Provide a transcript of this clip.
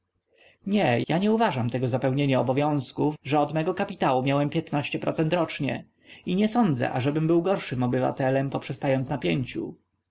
no ja nie uważam tego za pełnienie obowiązków że od mego kapitału miałem piętnaście procent rocznie i nie sądzę ażebym był gorszym obywatelem poprzestając